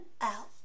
out